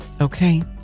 Okay